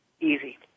Easy